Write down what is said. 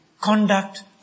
conduct